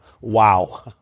Wow